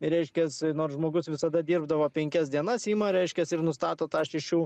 reiškias nors žmogus visada dirbdavo penkias dienas ima reiškias ir nustato tą šešių